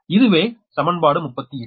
இதுவே சமன்பாடு 38